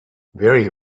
very